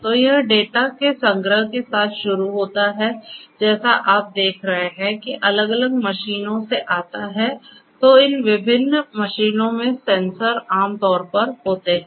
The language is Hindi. तो यह डेटा के संग्रह के साथ शुरू होता है जैसा आप देख रहे हैं कि अलग अलग मशीनों से आता है तो इन विभिन्न मशीनों में सेंसर आमतौर पर होते हैं